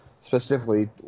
specifically